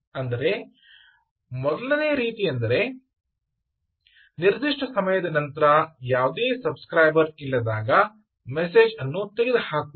ಅಂದರೆ ಮೊದಲನೆಯ ರೀತಿಯೆಂದರೆ ನಿರ್ದಿಷ್ಟ ಸಮಯದ ನಂತರ ಯಾವುದೇ ಸಬ್ ಸ್ಕ್ರೈಬರ್ ಇಲ್ಲದಾಗ ಮೆಸೇಜ್ ಅನ್ನು ತೆಗೆದುಹಾಕುವದು